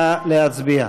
נא להצביע.